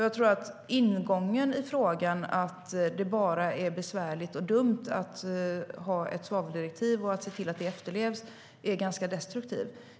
Jag tror att ingången att det bara är besvärligt och dumt att ha ett svaveldirektiv och se till att det efterlevs är ganska destruktiv.